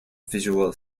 visual